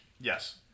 Yes